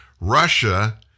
Russia